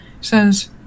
says